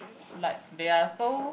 like they are so